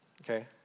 Okay